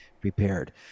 prepared